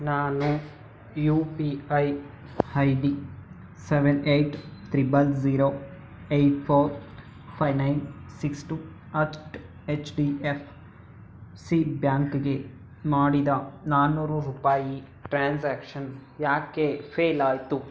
ನಾನು U P I I D seven eight triple zero eight four five nine six two at H D F C ಬ್ಯಾಂಕ್ಗೆ ಮಾಡಿದ ನಾನ್ನೂರು ರೂಪಾಯಿ transaction ಯಾಕೆ fail ಆಯಿತು